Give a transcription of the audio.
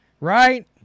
right